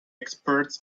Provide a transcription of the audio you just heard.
experts